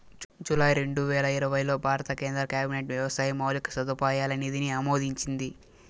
July రెండువేల ఇరవైలో భారత కేంద్ర క్యాబినెట్ వ్యవసాయ మౌలిక సదుపాయాల నిధిని ఆమోదించింది